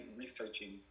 researching